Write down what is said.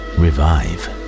revive